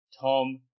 Tom